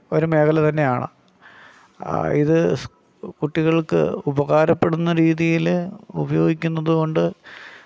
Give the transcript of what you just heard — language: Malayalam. ഒരു മേഖല തന്നെയാണ് ഇത് കുട്ടികൾക്ക് ഉപകാരപ്പെടുന്ന രീതിയിൽ ഉപയോഗിക്കുന്നതുകൊണ്ട്